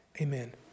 Amen